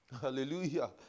Hallelujah